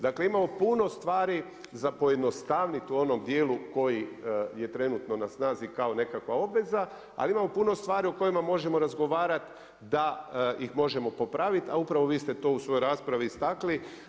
Dakle, imamo puno stvari za pojednostaviti u onom dijelu koji je na trenutno na snazi kao nekakva obveza, ali imamo puno stvari o kojima možemo razgovarati, da ih možemo popraviti, a upravo vi ste to u svojoj raspravi istakli.